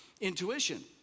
intuition